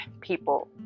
people